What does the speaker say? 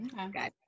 Okay